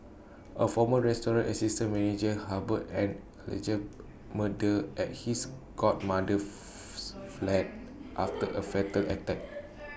A former restaurant assistant manager harboured an alleged murder at his godmother's flat after A fatal attack